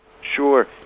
Sure